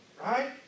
right